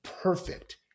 perfect